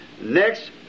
Next